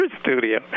studio